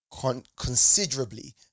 considerably